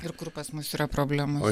ir kur pas mus yra problemos